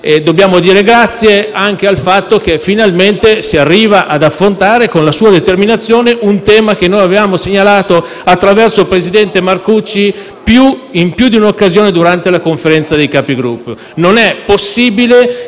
Dobbiamo dire grazie anche al fatto che finalmente si arriva ad affrontare, con la sua determinazione, signor Presidente, un tema che avevamo segnalato attraverso il presidente Marcucci in più di un'occasione durante la Conferenza dei Capigruppo. Non è possibile